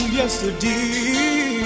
yesterday